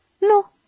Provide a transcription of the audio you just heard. No